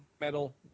metal